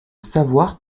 savoir